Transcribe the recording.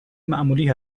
معمولی